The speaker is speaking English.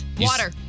Water